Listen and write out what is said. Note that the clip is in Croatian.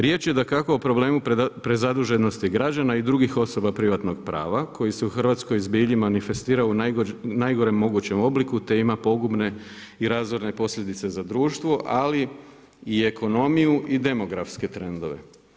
Riječ je dakako o problemu prezaduženosti građana i drugih osoba privatnog prava koji se u hrvatskoj zbilji manifestira u najgorem mogućem obliku te ima pogubne i razorne posljedice za društvo ali i ekonomiju i demografske trendove.